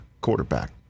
quarterback